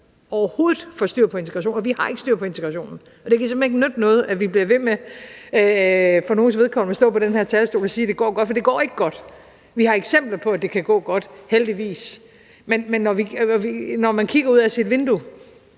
overhovedet – får styr på integrationen. Og vi har ikke styr på integrationen, og det kan simpelt hen ikke nytte noget, at vi bliver ved med – for nogles vedkommende – at stå på den her talerstol og sige, at det går godt, for det går ikke godt. Vi har eksempler på, at det kan gå godt – heldigvis – men når man kigger ud ad sit vindue,